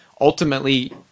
Ultimately